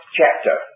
chapter